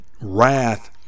wrath